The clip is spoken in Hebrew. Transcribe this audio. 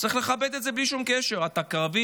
וצריך לכבד את זה בלי שום קשר אם אתה קרבי,